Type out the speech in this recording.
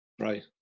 right